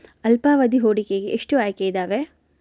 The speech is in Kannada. ಅಲ್ಪಾವಧಿ ಹೂಡಿಕೆಗೆ ಎಷ್ಟು ಆಯ್ಕೆ ಇದಾವೇ?